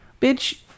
Bitch